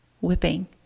whipping